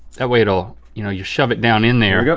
that way it'll, you know you shove it down in there.